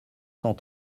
cent